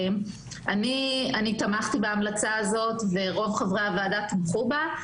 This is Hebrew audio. אני תמכתי בהמלצה הזו ורוב חברי הוועדה תמכו בה,